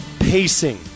pacing